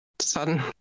sudden